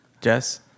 Jess